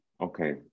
Okay